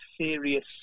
serious